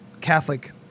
Catholic